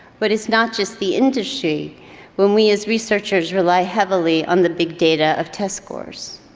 but it's not just the industry. when we, as researchers, rely heavily on the big data of test scores,